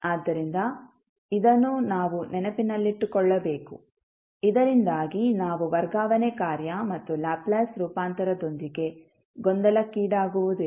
ಆದ್ದರಿಂದ ಇದನ್ನು ನಾವು ನೆನಪಿನಲ್ಲಿಟ್ಟುಕೊಳ್ಳಬೇಕು ಇದರಿಂದಾಗಿ ನಾವು ವರ್ಗಾವಣೆ ಕಾರ್ಯ ಮತ್ತು ಲ್ಯಾಪ್ಲೇಸ್ ರೂಪಾಂತರದೊಂದಿಗೆ ಗೊಂದಲಕ್ಕೀಡಾಗುವುದಿಲ್ಲ